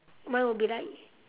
mine would be like